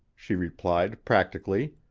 she replied practically.